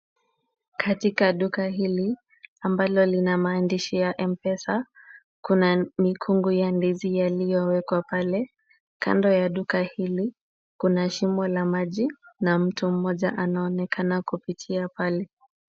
Katika duka hili ambalo lina maandishi ya MPESA, kuna mikungu ya ndizi yaliyowekwa pale. Kando ya duka hili, kuna shimo la maji na mtu mmoja anaonekana kupita pale.